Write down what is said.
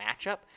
matchup